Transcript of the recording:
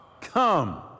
come